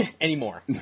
Anymore